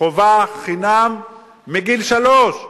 חובה חינם מגיל שלוש.